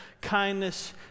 Kindness